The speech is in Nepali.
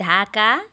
ढाका